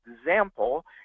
example